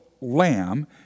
lamb